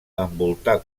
envoltar